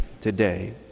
today